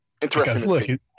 Interesting